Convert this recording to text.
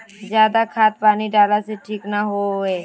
ज्यादा खाद पानी डाला से ठीक ना होए है?